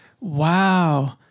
Wow